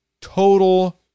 total